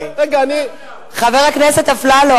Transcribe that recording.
חבר הכנסת אפללו,